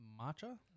Matcha